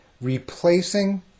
replacing